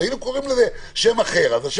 אז היינו קוראים לזה בשם אחר.